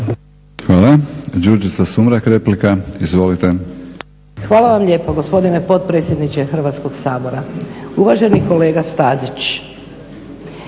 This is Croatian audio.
Hvala vam lijepo gospodine potpredsjedniče Hrvatskog sabora. Uvaženi kolega Stazić,